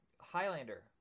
Highlander